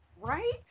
right